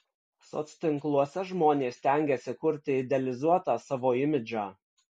soctinkluose žmonės stengiasi kurti idealizuotą savo imidžą